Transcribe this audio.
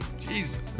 Jesus